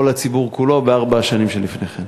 או לציבור כולו, בארבע השנים שלפני כן.